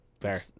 fair